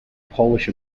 polish